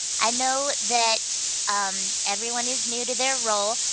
i know that um everyone is new to their role.